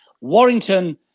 Warrington